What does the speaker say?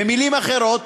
במילים אחרות,